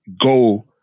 go